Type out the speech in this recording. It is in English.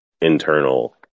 internal